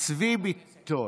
צבי ביטון.